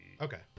Okay